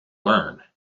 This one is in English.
learn